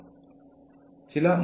hypersensitive ആയിരിക്കരുത്